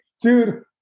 Dude